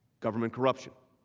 government corruption.